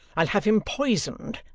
i'll have him poisoned.